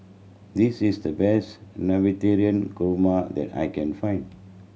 this is the best Navratan Korma that I can find